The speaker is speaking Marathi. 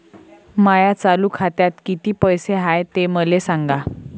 माया चालू खात्यात किती पैसे हाय ते मले सांगा